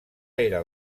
era